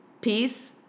peace